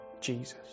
Jesus